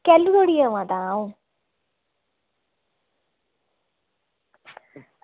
कैलूं धोड़ी आवां तां अंऊ